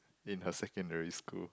in her secondary school